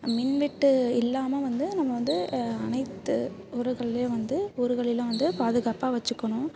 மின்வெட்டு இல்லாமல் வந்து நம்ம வந்து அனைத்து ஊருகள்லேயும் வந்து ஊருகளிலும் வந்து பாதுகாப்பாக வச்சுக்கணும்